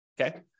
okay